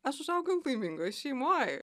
aš užaugau laimingoj šeimoj